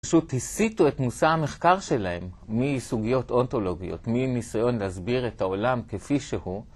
פשוט הסיטו את מושא המחקר שלהם מסוגיות אונתולוגיות, מניסיון להסביר את העולם כפי שהוא.